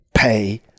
pay